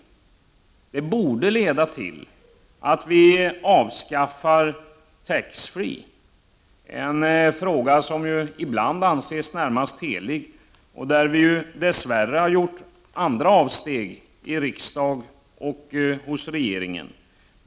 Det borde leda till att vi avskaffar möjligheten till ”tax free” alkohol. Det är en möjlighet som ju ibland betraktas som närmast helig. Dess värre har ju regering och riksdag gjort andra avsteg i detta sammanhang.